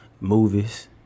movies